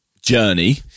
journey